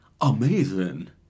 amazing